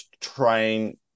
train